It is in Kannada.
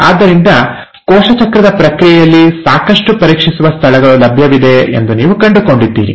ಆದ್ದರಿಂದ ಕೋಶ ಚಕ್ರದ ಪ್ರಕ್ರಿಯೆಯಲ್ಲಿ ಸಾಕಷ್ಟು ಪರೀಕ್ಷಿಸುವ ಸ್ಥಳಗಳು ಲಭ್ಯವಿವೆ ಎಂದು ನೀವು ಕಂಡುಕೊಂಡಿದ್ದೀರಿ